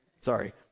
Sorry